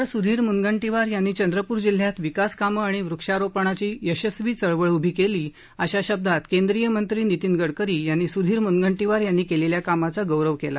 आमदार सुधीर मुनगंटिवार यांनी चंद्रपूर जिल्ह्यात विकासकामं आणि वृक्षारोपणाची यशस्वी चळवळ उभी केली अशा शब्दांत केंद्रीय मंत्री नितीन गडकरी यांनी सुधीर मुनगंटिवार यांनी केलेल्या कामांचा गौरव केला